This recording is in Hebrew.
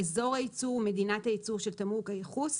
אזור הייצור ומדינת הייצור של תמרוק הייחוס,